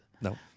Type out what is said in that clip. No